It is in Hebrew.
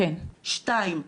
שתיים,